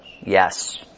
Yes